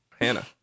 Hannah